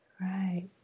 Right